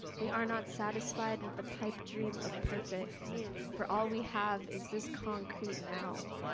we are not satisfied with the pipe dream of perfect for all we have is this concrete now.